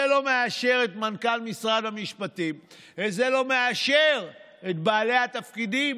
זה לא מאשר את מנכ"ל משרד המשפטים וזה לא מאשר את בעלי התפקידים